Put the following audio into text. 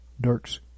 Dirk's